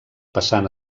passant